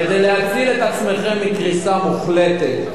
כדי להציל את עצמכם מקריסה מוחלטת,